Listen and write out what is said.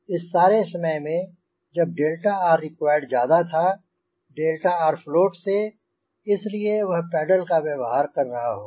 इस सारे समय में जब 𝛿rrequiredज्यादा था 𝛿rfloat से इसलिए वह पेडल का व्यवहार कर रहा होगा